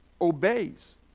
obeys